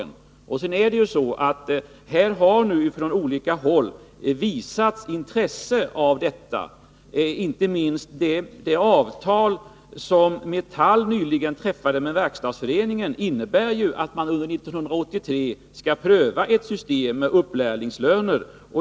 Här har nu från olika håll visats intresse för detta. Inte minst innebär det avtal som Metall nyligen träffade med Verkstadsföreningen att man under 1983 skall pröva ett system med lärlingslöner.